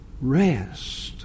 rest